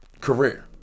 career